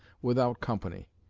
without company,